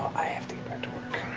i have to get back to work.